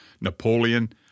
Napoleon